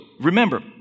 remember